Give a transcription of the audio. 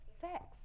sex